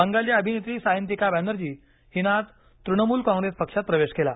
बंगाली अभिनेत्री सायंतिका बॅनर्जी हिनं आज तृणमूल काँग्रेस पक्षांत प्रवेश केला